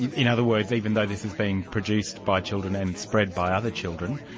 yeah in other words, even though this is being produced by children and spread by other children,